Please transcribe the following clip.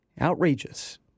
outrageous